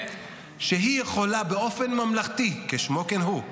-- שהיא יכולה באופן ממלכתי, כשמו כן הוא,